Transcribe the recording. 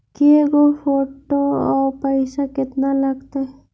के गो फोटो औ पैसा केतना लगतै?